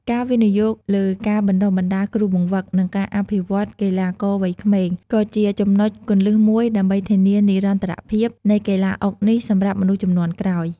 ការវិនិយោគលើការបណ្តុះបណ្តាលគ្រូបង្វឹក និងការអភិវឌ្ឍន៍កីឡាករវ័យក្មេង ក៏ជាចំណុចគន្លឹះមួយដើម្បីធានានិរន្តរភាពនៃកីឡាអុកនេះសម្រាប់មនុស្សជំនាន់ក្រោយ។